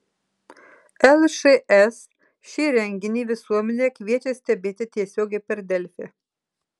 lšs šį renginį visuomenę kviečia stebėti tiesiogiai per delfi